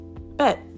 bet